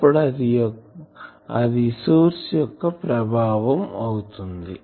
అప్పుడు అది సోర్స్ యొక్క ప్రభావం అవుతుంది